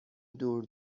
دور